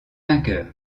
vainqueur